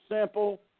simple